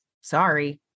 Sorry